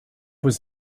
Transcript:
was